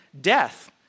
death